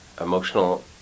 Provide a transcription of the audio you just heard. Emotional